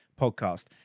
podcast